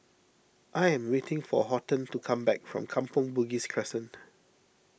I am waiting for Horton to come back from Kampong Bugis Crescent